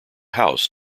house